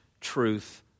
truth